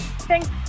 thanks